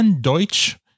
Deutsch